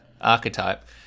archetype